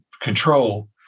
control